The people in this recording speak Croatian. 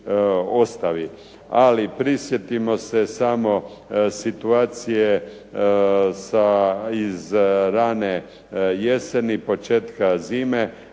Ali prisjetimo se samo situacije sa iz rane jeseni, početka zime